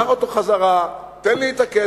קח אותו חזרה, תן לי את הכסף.